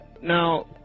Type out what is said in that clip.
Now